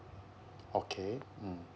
okay mm